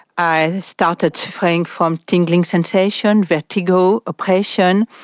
i started suffering from tingling sensations, vertigo, oppression,